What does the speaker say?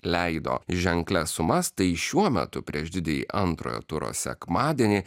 leido ženklias sumas tai šiuo metu prieš didįjį antrojo turo sekmadienį